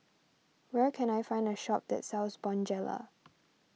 where can I find a shop that sells Bonjela